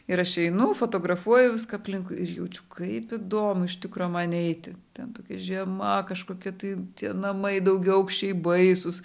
ir aš einu fotografuoju viską aplinkui ir jaučiu kaip įdomu iš tikro man eiti ten tokia žiema kažkokia tai tie namai daugiaaukščiai baisūs